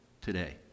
today